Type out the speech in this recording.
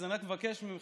אז אני רק מבקש מכם,